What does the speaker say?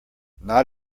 not